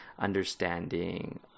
understanding